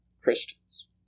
Christians